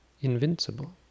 invincible